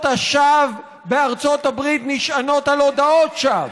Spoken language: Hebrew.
השווא בארצות הברית נשענות על הודאות שווא.